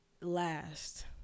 Last